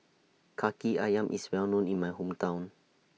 Kaki Ayam IS Well known in My Hometown